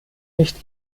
nicht